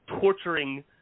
torturing